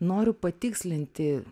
noriu patikslinti